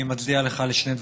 אני מצדיע לך על שני דברים.